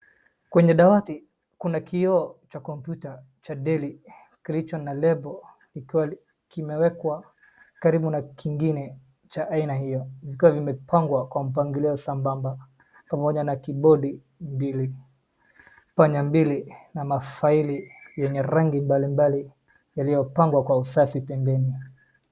Kwenye dawati kuna kioo cha kompyuta cha Dell kilicho na label kikiwa kimewekwa karibu na kingine cha aina hiyo vikiwa vimepangwa kwa mpangilio sambamba pamoja na keyboard mbili, panya mbili na mafaili yenye rangi mbalimbali yaliyopangwa kwa usafi pembeni.